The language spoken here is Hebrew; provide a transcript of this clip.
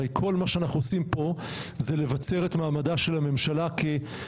הרי כל מה שאנחנו עושים פה זה לבצר את מעמדה של הממשלה כרשות